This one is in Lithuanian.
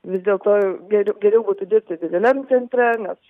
vis dėlto geriau geriau būtų dirbti dideliam centre nes